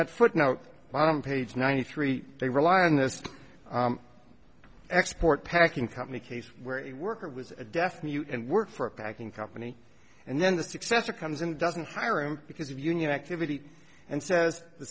that footnote on page ninety three they rely on this export packing company case where it worker was a deaf mute and work for a packing company and then the successor comes and doesn't fire him because of union activity and says th